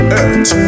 earth